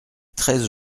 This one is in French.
treize